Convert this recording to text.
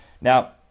Now